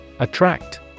Attract